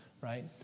Right